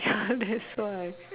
ya that's why